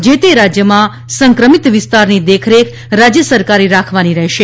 જે તે રાજયમાં સંક્રમિત વિસ્તારની દેખરેખ રાજય સરકારે રાખવાની રહેશે